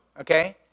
okay